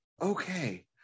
Okay